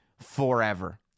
forever